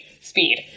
Speed